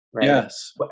Yes